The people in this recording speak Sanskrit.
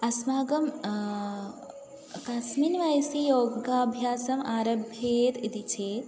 अस्माकं कस्मिन् वयसि योगाभ्यासम् आरभ्येत इति चेत्